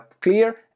clear